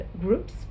groups